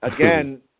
again